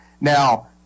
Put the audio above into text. Now